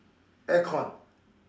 aircon